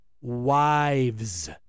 wives